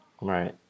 Right